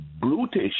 brutish